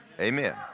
Amen